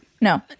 No